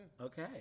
Okay